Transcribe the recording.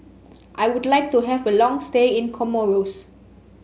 I would like to have a long stay in Comoros